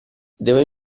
devo